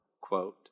quote